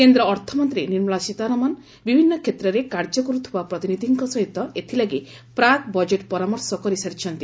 କେନ୍ଦ ଅର୍ଥମନ୍ତୀ ନିର୍ମଳା ସୀତାରମଶ ବିଭିନୁ କ୍ଷେତ୍ରରେ କାର୍ଯ୍ୟ କରୁଥି ବା ପ୍ରତିନିଧିଙ୍କ ସହିତ ଏଥିଲାଗି ପ୍ରାକ୍ ବଜେଟ୍ ପରାମର୍ଶ କରିସାରିଛନ୍ତି